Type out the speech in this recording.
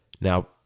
Now